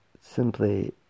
simply